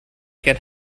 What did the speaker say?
can